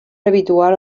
habitual